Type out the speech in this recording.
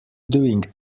doing